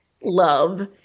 love